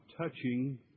touching